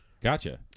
Gotcha